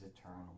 eternal